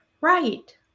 Right